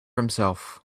himself